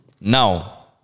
Now